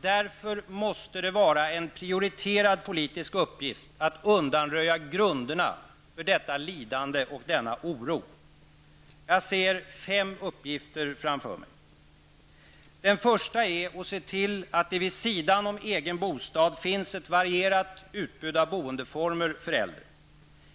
Därför är det en prioriterad politisk uppgift att undanröja grunderna för detta lidande och denna oro. Jag ser fem huvuduppgifter: Den första är att se till att det, vid sidan om egen bostad, finns ett varierat utbud av boendeformer för äldre.